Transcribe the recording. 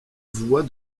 voie